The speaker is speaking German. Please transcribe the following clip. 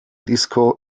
disco